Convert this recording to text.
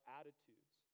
attitudes